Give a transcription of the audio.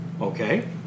Okay